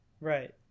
Right